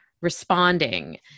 responding